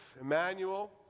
Emmanuel